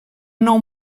nou